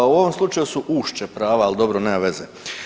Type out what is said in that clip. U ovom slučaju su ušće prava, ali dobro nema veze.